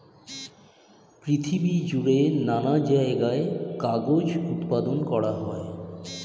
পৃথিবী জুড়ে নানা জায়গায় কাগজ উৎপাদন করা হয়